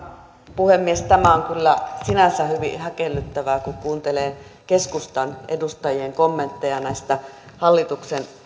puhemies on kyllä sinänsä hyvin häkellyttävää kun kuuntelee keskustan edustajien kommentteja näistä hallituksen